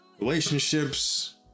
relationships